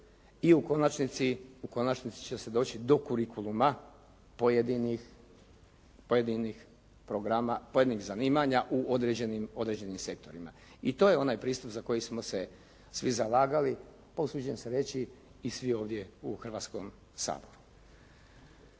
I u konačnici će se doći do kurikuluma pojedinih programa, pojedinih zanimanja u određenim sektorima. I to je onaj pristup za koji smo se svi zalagali, pa usuđujem se reći i svi ovdje u Hrvatskom saboru.